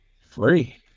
free